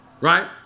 Right